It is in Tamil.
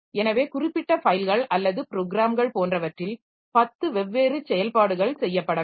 எனவே குறிப்பிட்ட ஃபைல்கள் அல்லது ப்ரோக்ராம்கள் போன்றவற்றில் 10 வெவ்வேறு செயல்பாடுகள் செய்யப்பட வேண்டும்